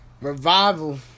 Revival